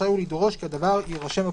רשאי הוא לדרוש כי הדבר יירשם בפרוטוקול.